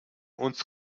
uns